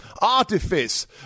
artifice